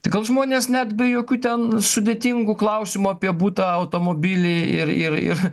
tai gal žmonės net be jokių ten sudėtingų klausimų apie butą automobilį ir ir ir